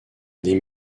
des